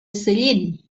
sellent